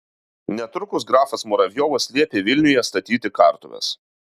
netrukus grafas muravjovas liepė vilniuje statyti kartuves